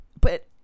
But-